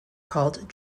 called